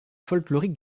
folklorique